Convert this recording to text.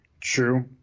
True